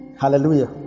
hallelujah